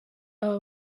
aba